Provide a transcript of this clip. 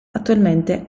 attualmente